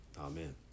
Amen